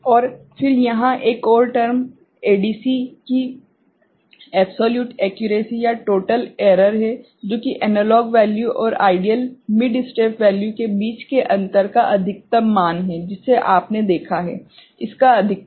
और फिर यहाँ एक और टर्म एडीसी की एब्सोल्यूट एक्यूरेसी या टोटल एरर है जो कि एनालॉग वैल्यू और आइडियल मिड स्टेप वैल्यू के बीच के अंतर का अधिकतम मान है जिसे आपने देखा है इसका अधिकतम